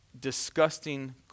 disgusting